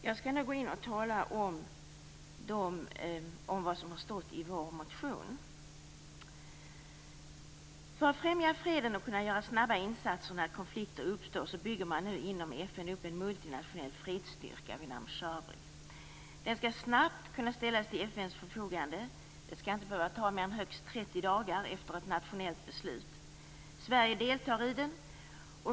Jag skall nu tala om vad som står i vår motion. För att främja freden och kunna göra snabba insatser när konflikter uppstår bygger man nu inom FN upp en multinationell fredsstyrka vid namn SHIRBRIG. Den skall snabbt kunna ställas till FN:s förfogande. Det skall inte behöva ta mer än högst 30 dagar efter ett nationellt beslut. Sverige deltar i den.